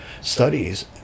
studies